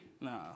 No